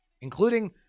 including